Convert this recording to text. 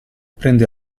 prende